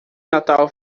natal